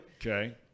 Okay